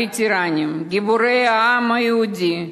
הווטרנים, גיבורי העם היהודי.